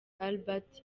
albert